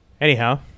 Anyhow